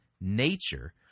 nature